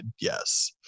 Yes